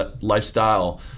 lifestyle